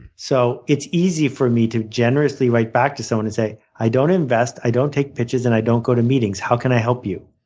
so it's easy for me to generously write back to someone and say i don't invest, i don't take pictures, and i don't go to meetings how can i help you?